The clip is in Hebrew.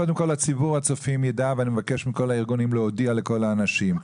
קודם כל ציבור הצופים יידע ואני מבקש מכל הארגונים להודיע לכל האנשים,